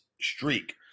streak